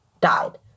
died